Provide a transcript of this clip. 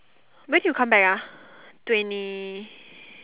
when did you come back ah twenty